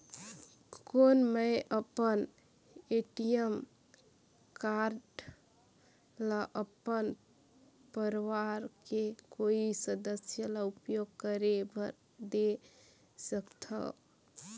कौन मैं अपन ए.टी.एम कारड ल अपन परवार के कोई सदस्य ल उपयोग करे बर दे सकथव?